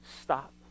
stop